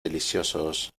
deliciosos